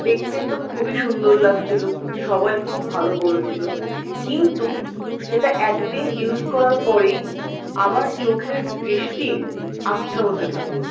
দেখতে তো খুবই সুন্দর লাগছিলো সবাই খুব ভালো বলছিলো কিন্তু সেটা একদিন ইউজ করার পরেই আমার চোখের দৃষ্টি আবছা হতে থাকলো